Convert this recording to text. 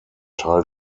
teil